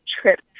trip